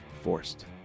forced